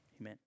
amen